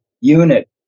unit